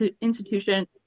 institution